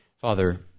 Father